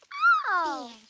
oh.